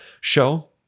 show